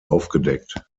aufgedeckt